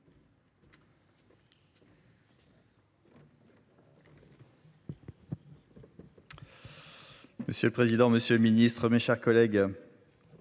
Monsieur le président, monsieur le ministre, mes chers collègues,